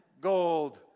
gold